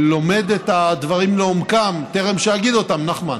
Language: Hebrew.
אני לומד את הדברים לעומקם טרם אגיד אותם, נחמן.